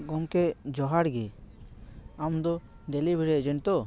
ᱜᱚᱢᱠᱮ ᱡᱚᱦᱟᱨ ᱜᱮ ᱟᱢ ᱫᱚ ᱰᱮᱞᱤᱵᱷᱟᱨᱤ ᱮᱡᱮᱱᱴ ᱛᱚ